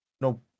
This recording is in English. no